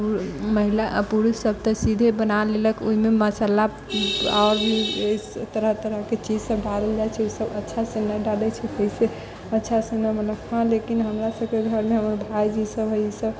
महिला पुरुष सभ तऽ सीधे बना लेलक ओहिमे मसल्ला आओर भी तरह तरहके चीज सभ डालल जाइ छै ओ सभ अच्छा से न डालए छै जाहिसे अच्छा से न मने हँ लेकिन हमरा सभके घरमे हमर भाइजी सभ है ईसभ